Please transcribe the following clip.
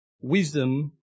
Wisdom